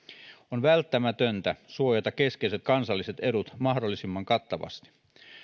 on välttämätöntä suojata keskeiset kansalliset edut mahdollisimman kattavasti